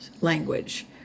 language